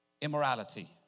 immorality